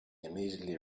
immediately